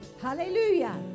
Hallelujah